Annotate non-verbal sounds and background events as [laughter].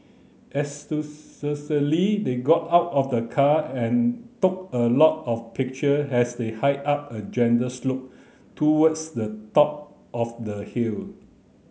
[unintelligible] they got out of the car and took a lot of picture as they hiked up a gentle slope towards the top of the hill